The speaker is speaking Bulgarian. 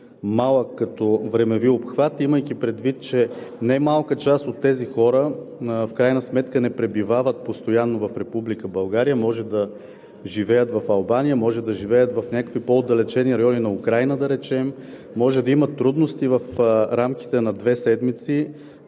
малък като времеви обхват. Имайки предвид, че немалка част от тези хора, в крайна сметка, не пребивават постоянно в Република България – може да живеят в Албания, може да живеят в някакви по-отдалечени райони на Украйна, да речем, може да имат трудности в рамките на две седмици